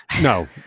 no